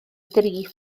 dri